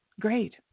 great